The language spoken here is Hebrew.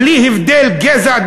בלי הבדל גזע,